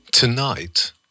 Tonight